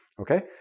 Okay